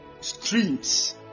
streams